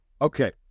Okay